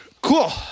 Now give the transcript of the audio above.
Cool